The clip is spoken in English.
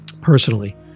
personally